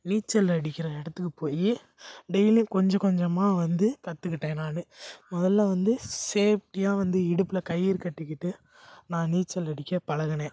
நீச்சல் அடிக்கிற இடத்துக்கு போய் டெய்லியும் கொஞ்சம் கொஞ்சமாக வந்து கற்றுக்கிட்டேன் நானு மொதலில் வந்து சேஃப்டியாக வந்து இடுப்பில் கயிறு கட்டிக்கிட்டு நான் நீச்சல் அடிக்கப் பழகனேன்